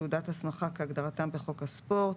תעודת הסמכה" כהגדרתם בחוק הספורט,